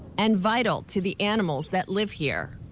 and vital to the animals that live here.